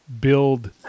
build